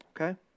okay